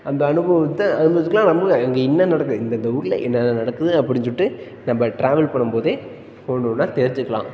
அந்த அனுபவத்தை அனுபவிச்சுக்கலாம் நம்மளும் அங்கே என்ன நடக்குது இந்தெந்த ஊரில் என்னென்ன நடக்குது அப்படின்னு சொல்லிட்டு நம்ம ட்ராவல் பண்ணும் போதே ஒன்னொன்றா தெரிஞ்சுக்கலாம்